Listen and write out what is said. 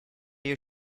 you